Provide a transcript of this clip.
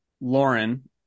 Lauren